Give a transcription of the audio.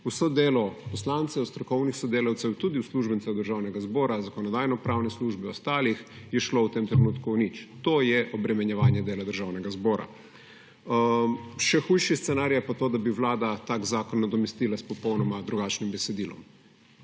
Vse delo poslancev, strokovnih sodelavcev in tudi uslužbencev Državnega zbora, Zakonodajno-pravne službe, ostalih je šlo v tem trenutku v nič. To je obremenjevanje dela Državnega zbora. Še hujši scenarij je pa to, da bi vlada tak zakon nadomestila s popolnoma drugačnim besedilom.